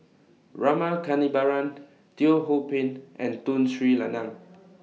Rama Kannabiran Teo Ho Pin and Tun Sri Lanang